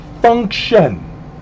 function